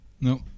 no